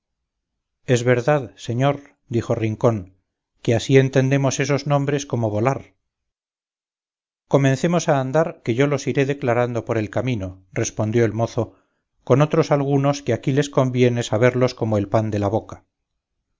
en verdad señor dijo rincón que así entendemos esos nombres como volar comencemos a andar que yo los iré declarando por el camino respondió el mozo con otros algunos que así les conviene saberlos como el pan de la boca